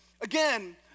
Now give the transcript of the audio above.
again